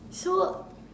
so